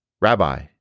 Rabbi